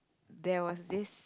there was this